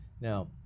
Now